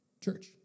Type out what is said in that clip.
church